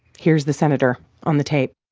here's the senator on the tape